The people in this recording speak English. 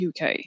UK